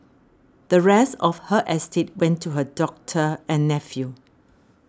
the rest of her estate went to her doctor and nephew